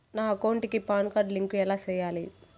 నా అకౌంట్ కి PAN card link ఎలా సేయాలి